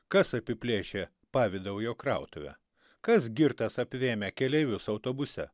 kas apiplėšė pavidaujo krautuvę kas girtas apvėmė keleivius autobuse